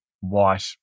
white